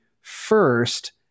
first